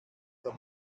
der